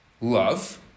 love